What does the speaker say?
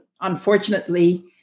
unfortunately